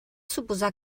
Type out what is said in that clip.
suposar